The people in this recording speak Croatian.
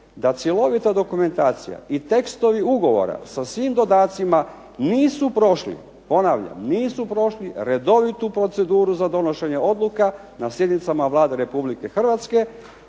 da cjelovita dokumentacija i tekstovi ugovora sa svim dodacima nisu prošli, ponavljam, nisu prošli redovitu proceduru za donošenje odluka na sjednicama Vlade RH te